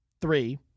three